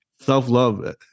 Self-love